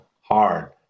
hard